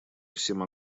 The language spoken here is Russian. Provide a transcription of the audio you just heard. всем